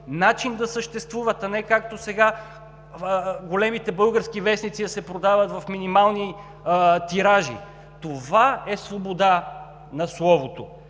начин да съществуват, а не както е сега – големите български вестници да се продават в минимални тиражи. Това е свобода на словото!